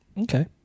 Okay